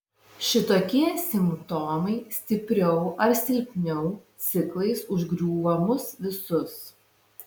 šitokie simptomai stipriau ar silpniau ciklais užgriūva mus visus